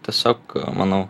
tiesiog manau